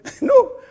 No